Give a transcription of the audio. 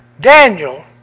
Daniel